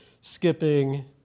Skipping